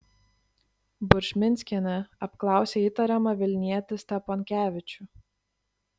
buržminskienė apklausė įtariamą vilnietį steponkevičių